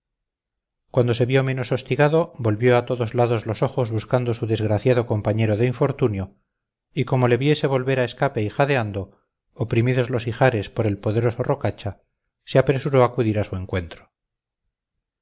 cuando se vio menos hostigado volvió a todos lados los ojos buscando su desgraciado compañero de infortunio y como le viese volver a escape y jadeando oprimidos los ijares por el poderoso rocacha se apresuró a acudir a su encuentro